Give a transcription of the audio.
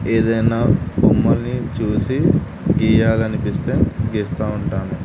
ఏదైనా బొమ్మల్ని చూసి గీయాలనిపిస్తే గీస్తూ ఉంటాను